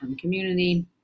community